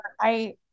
I-